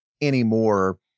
anymore